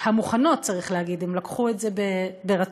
המוכנות, צריך להגיד, הן לקחו את זה ברצון,